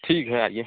ठीक है आइए